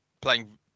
playing